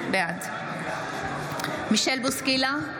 בעד מישל בוסקילה,